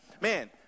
man